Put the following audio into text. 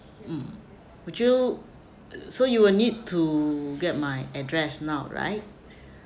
mm would you so you will need to get my address now right